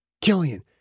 Killian